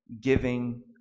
giving